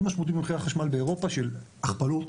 משמעותית במחיר החשמל באירופה של הכפלות